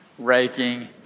Raking